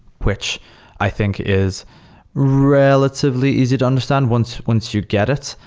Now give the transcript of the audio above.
which i think is relatively easy to understand once once you get it,